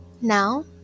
Now